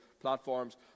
platforms